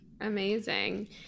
Amazing